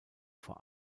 vor